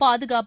பாதுகாப்பு